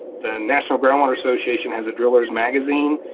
the national ground water association has a driller's magazine.